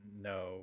No